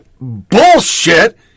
bullshit